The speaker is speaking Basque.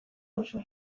duzue